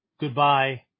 goodbye